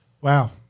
Wow